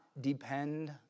depend